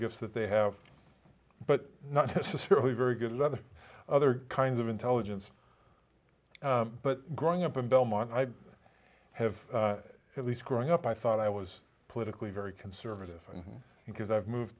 gifts that they have but not necessarily very good leather other kinds of intelligence but growing up in belmont i have at least growing up i thought i was politically very conservative thing because i've